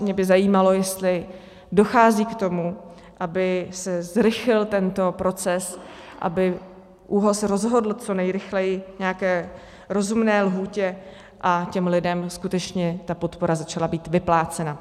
Mě by zajímalo, jestli dochází k tomu, aby se zrychlil tento proces, aby ÚOHS rozhodl co nejrychleji, v nějaké rozumné lhůtě, a těm lidem skutečně ta podpora začala být vyplácena.